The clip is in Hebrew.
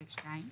א' (2).